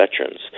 veterans